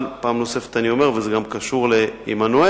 אבל פעם נוספת אני אומר, וזה קשור גם לעמנואל: